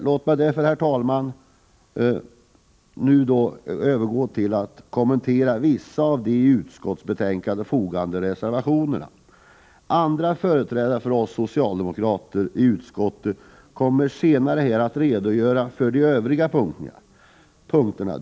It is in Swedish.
Låt mig därför, herr talman, övergå till att kommentera vissa av de till utskottsbetänkandet fogade reservationerna. Andra företrädare för oss socialdemokrater i utskottet kommer senare här att redogöra för de övriga punkterna.